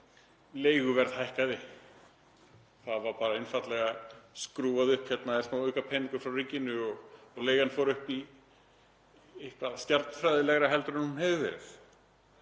leiguverð hækkaði. Það var bara einfaldlega skrúfað upp. Hérna er aukapeningur frá ríkinu og leigan fór upp í eitthvað stjarnfræðilega meira heldur en hún hefur